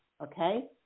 Okay